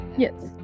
Yes